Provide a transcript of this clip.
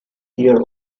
year